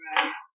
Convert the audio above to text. Right